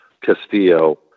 Castillo